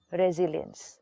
resilience